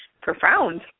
profound